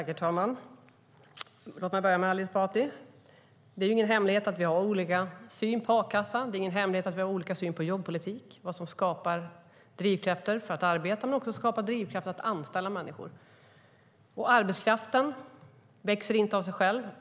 Herr talman! Låt mig börja med Ali Esbati. Det är ingen hemlighet att vi har olika syn på a-kassan. Det är ingen hemlighet att vi har olika syn på jobbpolitik och vad som skapar drivkrafter för att arbeta men också för att anställa människor. Arbetskraften växer inte av sig själv.